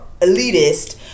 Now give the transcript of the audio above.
elitist